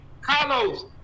Carlos